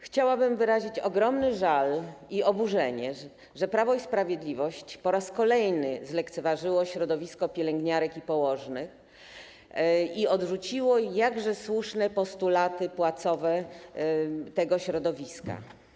Chciałabym wyrazić ogromny żal i oburzenie, że Prawo i Sprawiedliwość po raz kolejny zlekceważyło środowisko pielęgniarek i położnych i odrzuciło jakże słuszne postulaty płacowe tego środowiska.